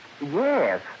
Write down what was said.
Yes